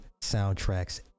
soundtracks